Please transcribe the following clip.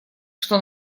что